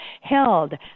held